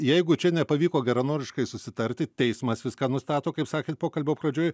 jeigu čia nepavyko geranoriškai susitarti teismas viską nustato kaip sakėt pokalbio pradžioj